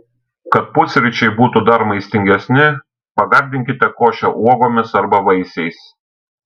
kad pusryčiai būtų dar maistingesni pagardinkite košę uogomis arba vaisiais